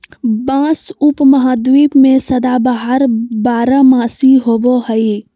बाँस उपमहाद्वीप में सदाबहार बारहमासी होबो हइ